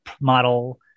model